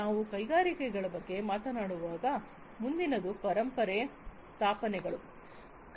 ನಾವು ಕೈಗಾರಿಕೆಗಳ ಬಗ್ಗೆ ಮಾತನಾಡುವಾಗ ಮುಂದಿನದು ಪರಂಪರೆ ಸ್ಥಾಪನೆಗಳು